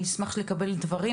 אני אשמח לקבל דברים,